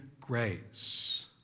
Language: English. grace